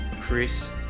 Chris